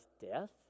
death